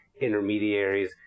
intermediaries